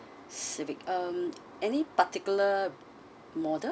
civic um any particular model